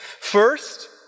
First